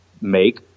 make